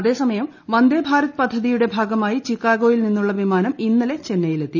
അതേസമയം വന്ദേ ഭാരത് പ്പദ്ധിരിയുടെ ഭാഗമായി ചിക്കാഗോയിൽ നിന്നുള്ള വിമാനം ഇന്നലെ ക്ലെന്നെയിൽ എത്തി